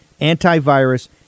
antivirus